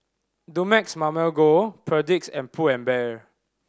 Dumex Mamil Gold Perdix and Pull and Bear